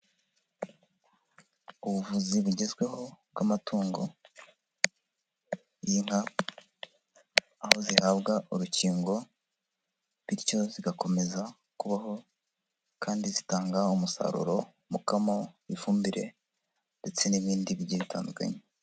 Ubuvuzi bugezweho bw'amatungo y'inka, aho zihabwa urukingo bityo zigakomeza kubaho kandi zitanga umusaruro, umukamo, ifumbire ndetse n'ibindi bigiye bitandukanye.